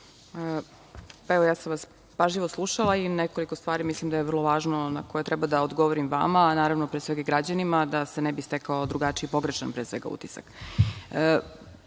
Pažljivo sam vas slušala i nekoliko stvari mislim da je vrlo važno na koje treba da odgovorim vama, a naravno i građanima da se ne bi stekao drugačiji pogrešan, pre svega, utisak. Kada